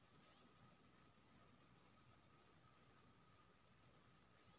Cheque से sir direct दूसरा के खाता में भेज सके छै पैसा सर?